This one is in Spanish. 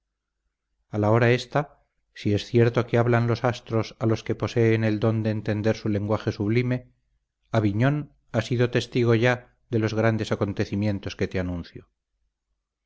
a la hora esta si es cierto que hablan los astros a los que poseen el don de entender su lenguaje sublime aviñón ha sido testigo ya de los grandes acontecimientos que te anuncio